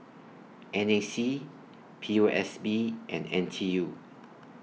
N A C P O S B and N T U